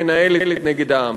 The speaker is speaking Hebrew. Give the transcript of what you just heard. מנהלת נגד העם,